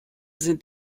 sind